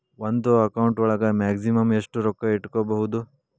ಒಂದು ಅಕೌಂಟ್ ಒಳಗ ಮ್ಯಾಕ್ಸಿಮಮ್ ಎಷ್ಟು ರೊಕ್ಕ ಇಟ್ಕೋಬಹುದು?